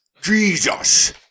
Jesus